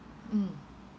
mm